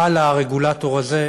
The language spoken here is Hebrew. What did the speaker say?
על הרגולטור הזה,